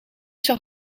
zag